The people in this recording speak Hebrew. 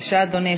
בבקשה, אדוני.